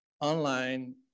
online